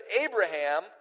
Abraham